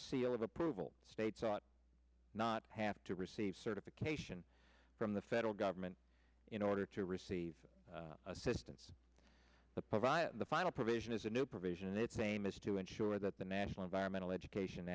seal of approval states ought not have to receive certification from the federal government in order to receive assistance the provide the final provision is a new provision and it's aim is to ensure that the national environmental education